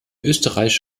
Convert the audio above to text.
österreich